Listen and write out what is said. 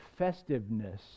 festiveness